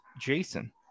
Jason